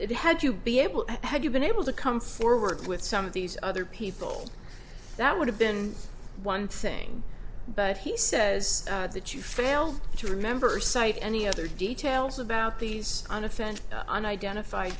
it had to be able and had you been able to come forward with some of these other people that would have been one thing but he says that you failed to remember cite any other details about these on offense and identify